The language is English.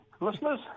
Listeners